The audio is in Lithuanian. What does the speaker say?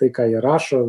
tai ką jie rašo